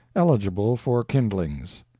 eligible for kindlings.